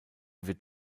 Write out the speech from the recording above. wird